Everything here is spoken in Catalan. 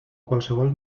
qualsevol